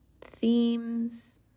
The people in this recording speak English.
themes